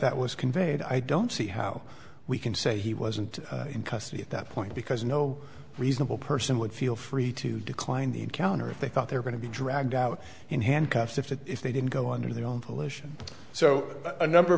that was conveyed i don't see how we can say he wasn't in custody at that point because no reasonable person would feel free to decline the encounter if they thought they were going to be dragged out in handcuffs if that if they didn't go under their own pollution so a number of